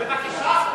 בבקשה,